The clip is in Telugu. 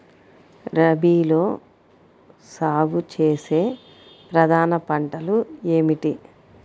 రబీలో సాగు చేసే ప్రధాన పంటలు ఏమిటి?